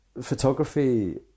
photography